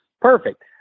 perfect